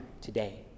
today